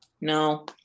no